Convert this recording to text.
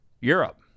Europe